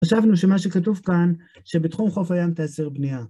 חשבנו שמה שכתוב כאן, שבתחום חוף הים תיאסר בנייה.